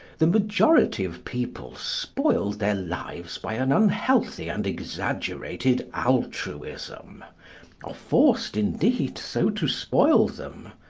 the majority of people spoil their lives by an unhealthy and exaggerated altruism are forced, indeed, so to spoil them.